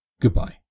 Goodbye